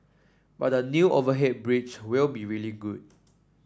but the new overhead bridge will be really good